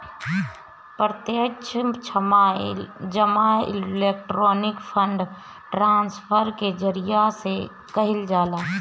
प्रत्यक्ष जमा electronic fund transfer के जरिया से कईल जाला